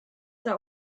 der